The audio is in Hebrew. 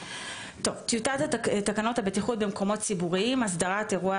טיוטת תקנות הבטיחות במקומות ציבוריים (הסדרת אירוע